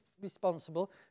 responsible